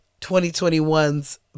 2021's